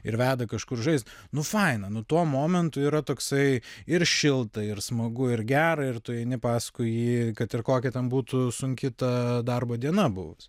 ir veda kažkur žaist nu faina nu tuo momentu yra toksai ir šilta ir smagu ir gera ir tu eini paskui jį kad ir kokia ten būtų sunki ta darbo diena buvus